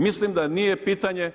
Mislim da nije pitanje